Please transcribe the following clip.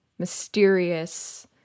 mysterious